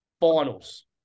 finals